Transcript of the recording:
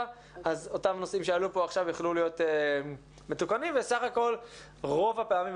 אז אותם נושאים שעלו פה עכשיו יוכלו להיות מתוקנים וסך הכול רוב הפעמים,